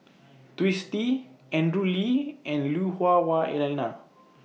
Twisstii Andrew Lee and Lui Hah Wah Elena